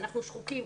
אנחנו שחוקים.